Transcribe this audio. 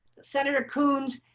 senator coons,